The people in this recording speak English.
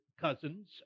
cousins